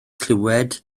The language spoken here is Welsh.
clywed